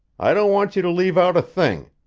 i don't want you to leave out a thing.